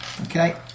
Okay